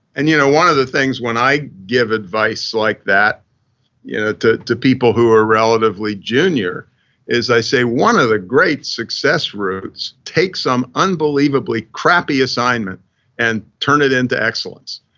and you know one of the things when i give advice like that you know to people who are relatively junior is i say, one of the great success routes takes some unbelievably crappy assignment and turn it into excellence.